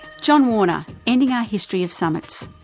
john wanna, ending our history of summits.